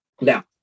now